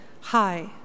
Hi